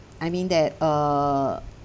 I mean that err